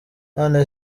none